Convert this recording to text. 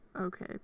okay